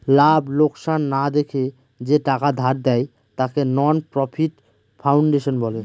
লাভ লোকসান না দেখে যে টাকা ধার দেয়, তাকে নন প্রফিট ফাউন্ডেশন বলে